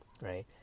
right